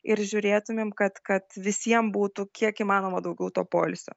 ir žiūrėtumėm kad kad visiem būtų kiek įmanoma daugiau to poilsio